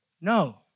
No